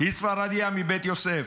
ספרדייה מבית יוסף,